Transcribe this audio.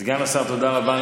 סגן השר, תודה רבה.